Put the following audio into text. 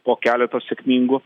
po keleto sėkmingų